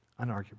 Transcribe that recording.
Unarguable